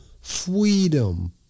freedom